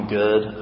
good